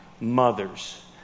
mothers